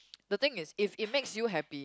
the thing is if it makes you happy